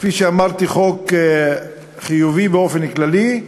כפי שאמרתי, הוא חוק חיובי באופן כללי,